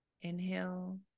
inhale